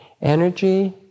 Energy